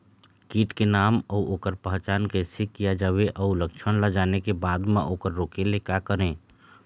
कीट के नाम अउ ओकर पहचान कैसे किया जावे अउ लक्षण ला जाने के बाद मा ओकर रोके ले का करें?